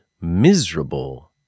miserable